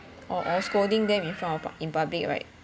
or all scolding them in front of in public right